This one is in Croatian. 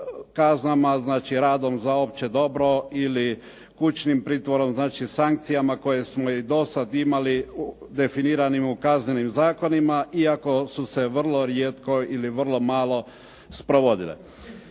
kaznama, znači radom za opće dobro ili kućnim pritvorom. Znači sankcijama koje smo i dosad imali definiranim u kaznenim zakonima iako su se vrlo rijetko ili vrlo malo sprovodile.